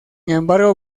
embargo